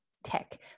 Tech